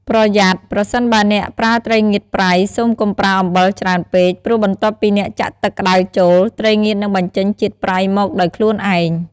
ប្រយ័ត្ន ប្រសិនបើអ្នកប្រើត្រីងៀតប្រៃ សូមកុំប្រើអំបិលច្រើនពេក ព្រោះបន្ទាប់ពីអ្នកចាក់ទឹកក្តៅចូល ត្រីងៀតនឹងបញ្ចេញជាតិប្រៃមកដោយខ្លួនឯង។